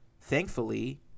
Thankfully